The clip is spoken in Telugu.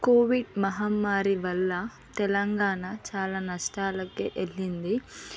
కోవిడ్ మహమ్మారి వలన తెలంగాణ చాలా నష్టాలకే వెళ్ళింది